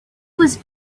was